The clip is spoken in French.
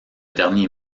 dernier